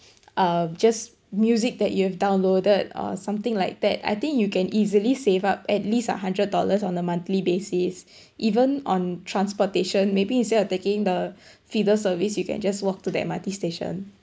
uh just music that you've downloaded or something like that I think you can easily save up at least a hundred dollars on a monthly basis even on transportation maybe instead of taking the feeder service you can just walk to the M_R_T station